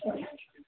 ಸರಿ